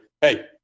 hey